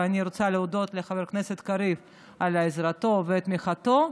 ואני רוצה להודות לחבר הכנסת קריב על עזרתו ועל תמיכתו,